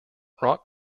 rock